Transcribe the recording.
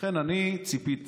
לכן אני ציפיתי,